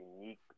unique